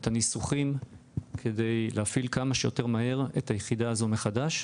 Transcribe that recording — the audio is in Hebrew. את הניסוחים כדי להפעיל כמה שיותר מהר את היחידה הזו מחדש,